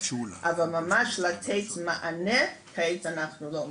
אבל ממש לתת מענה כעת אנחנו לא אמורים.